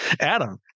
Adam